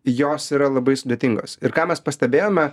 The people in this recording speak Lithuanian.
jos yra labai sudėtingos ir ką mes pastebėjome